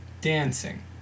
dancing